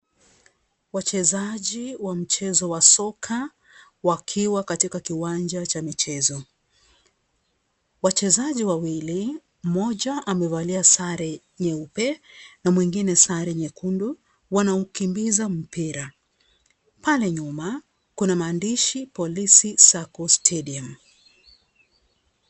Wachezaji wa mchezo wa soka wakiwa katika kiwanja cha michezo, wachezaji wawili, mmoja amevalia sare nyeupe na mwingine sare nyekundu, wanaukimbiza mpira, pale nyuma kuna maandishi Polisi Sacco Stadium.